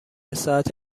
ساعت